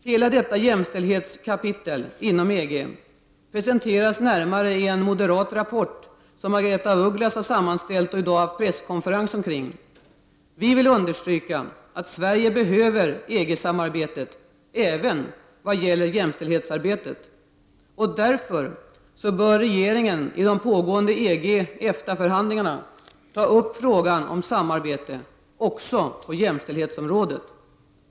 Hela detta jämställdhetskapitel inom EG presenteras närmare i en moderat rapport, som Margaretha af Ugglas sammanställt och i dag haft presskon ferens omkring. Vi vill understryka att Sverige behöver EG-samarbetet även vad gäller jämställdhetsarbetet. Därför bör regeringen i de pågående EG-EFTA-förhandlingarna ta upp frågan om samarbete också på jämställdhetsområdet.